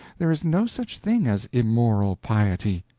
there is no such thing as immoral piety.